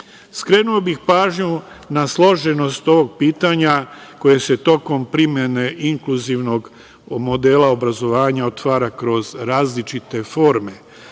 bih pažnju na složenost ovog pitanja koje se tokom primene inkluzivne, inkluzivnog modela obrazovanja otvara kroz različite forme.